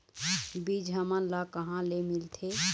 बीज हमन ला कहां ले मिलथे?